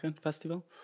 Festival